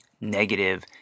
negative